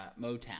Motown